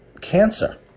cancer